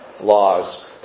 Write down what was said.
laws